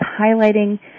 highlighting